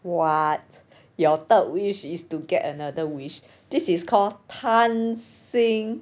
what your third wish is to get another wish this is called 贪心